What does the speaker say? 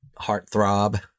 heartthrob